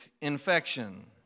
infection